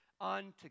unto